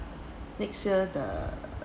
next year the